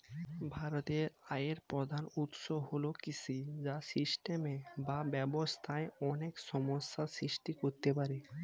ভারতের আয়ের প্রধান উৎস হল কৃষি, যা সিস্টেমে বা ব্যবস্থায় অনেক সমস্যা সৃষ্টি করতে পারে